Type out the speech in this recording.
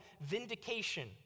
vindication